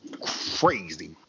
crazy